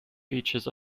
features